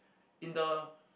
in the